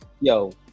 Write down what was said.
yo